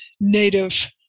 native